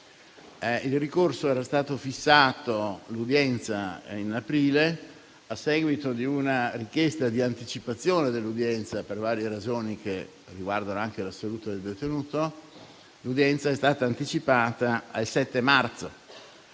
L'udienza era stata fissata in aprile, ma, a seguito di una richiesta di anticipazione dell'udienza per varie ragioni (che riguardano anche la salute del detenuto), l'udienza è stata anticipata al 7 marzo.